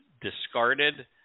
discarded